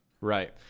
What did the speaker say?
right